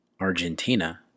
Argentina